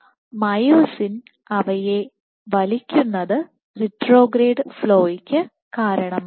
myosin അവയെ വലിക്കുന്നത് retrograde ഫ്ലോയ്ക്ക് കാരണമാകുന്നു